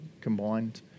combined